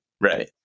right